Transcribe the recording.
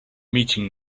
meeting